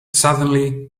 suddenly